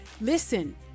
Listen